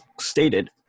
stated